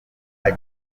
ati